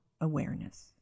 awareness